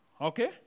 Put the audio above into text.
Okay